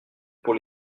pour